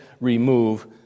remove